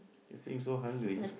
you feeling so hungry